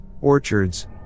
orchards